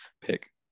pick